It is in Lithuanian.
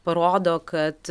parodo kad